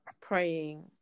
praying